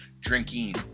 drinking